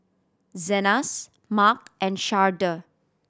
Zenas Marc and Sharde